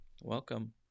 Welcome